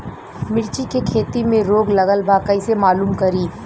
मिर्ची के खेती में रोग लगल बा कईसे मालूम करि?